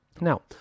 Now